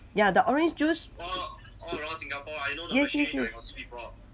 ya the orange juice yes yes yes